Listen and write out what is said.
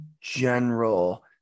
general